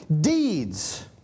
deeds